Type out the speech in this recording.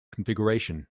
configuration